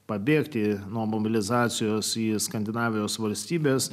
pabėgti nuo mobilizacijos į skandinavijos valstybes